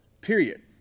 period